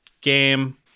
game